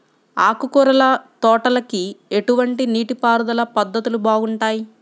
ఆకుకూరల తోటలకి ఎటువంటి నీటిపారుదల పద్ధతులు బాగుంటాయ్?